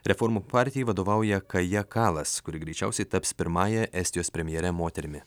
reformų partijai vadovauja kajė kalas kuri greičiausiai taps pirmąja estijos premjere moterimi